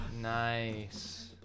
nice